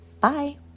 Bye